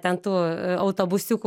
ten tų autobusiukų